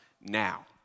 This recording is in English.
Now